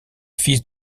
fils